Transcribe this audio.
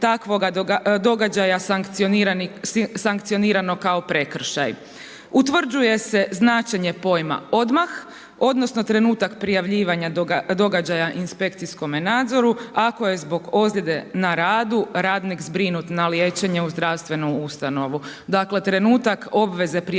Utvrđuje se značenje pojma odmah, odnosno trenutak prijavljivanja događaja inspekcijskom nadzoru ako je zbog ozljede na radu radnik zbrinut na liječenje u zdravstvenu ustanovu.